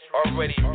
already